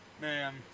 Man